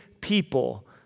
people